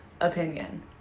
opinion